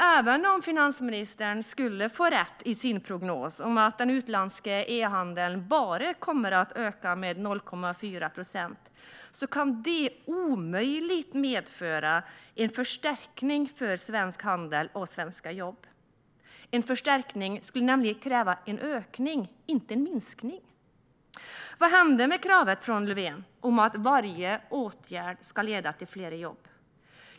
Även om finansministern skulle få rätt i sin prognos om att den utländska e-handeln bara kommer att öka med 0,4 procent kan det omöjligt medföra en förstärkning för svensk handel och svenska jobb. En förstärkning skulle nämligen kräva en ökning, och inte en minskning. Vad hände med kravet från Löfven på att varje åtgärd ska leda till fler jobb?